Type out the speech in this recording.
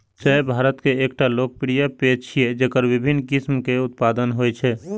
चाय भारत के एकटा लोकप्रिय पेय छियै, जेकर विभिन्न किस्म के उत्पादन होइ छै